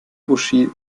uschi